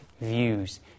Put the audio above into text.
views